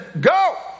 Go